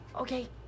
Okay